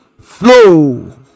flow